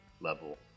level